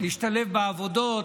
להשתלב בעבודות,